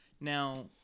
Now